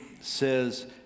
says